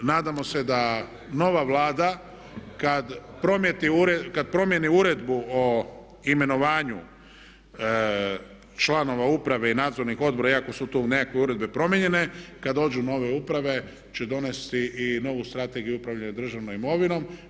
Nadamo se da nova Vlada kad promijeni uredbu o imenovanju članova uprave i nadzornih odbora iako su tu nekakve uredbe promijenjene, kad dođu nove uprave će donijeti i novu Strategiju upravljanja državnom imovinom.